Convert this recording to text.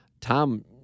Tom